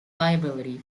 liability